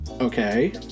Okay